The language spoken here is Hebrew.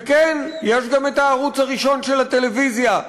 וכן, יש גם את הערוץ הראשון של הטלוויזיה,